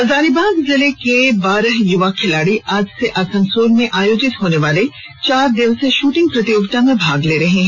हजारीबाग जिले के बारह युवा खिलाड़ी आज से आसनसोल में आयोजित होने वाले चार दिवसीय शूटिंग प्रतियोगिता में भाग ले रहे हैं